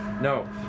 No